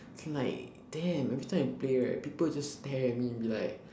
it's like damn every time I play right people just stare at me and be like